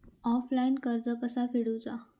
Offline कर्ज कसा फेडूचा?